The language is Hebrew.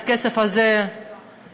כדי שהכסף הזה יגיע.